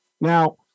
Now